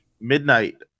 midnight